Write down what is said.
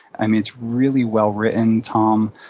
i mean, it's really well written. tom